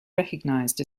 recognized